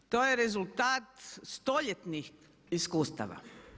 To je rezultat stoljetnih iskustava.